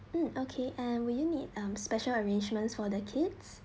mm okay and would need a special arrangements for the kids